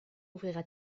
ouvrira